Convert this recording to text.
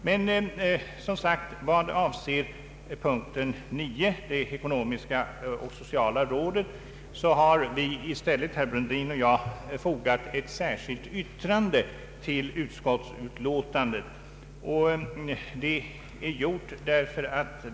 Under punkten 9 — frågan om ett ekonomisk-socialt råd — har i stället herr Brundin och jag fogat ett särskilt yttrande till utskottsutlåtandet.